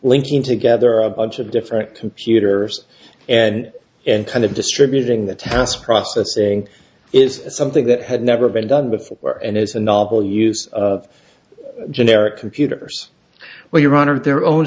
linking together a bunch of different computers and and kind of distributing the task processing is something that had never been done before and as a novel use of generic computers well your honor their own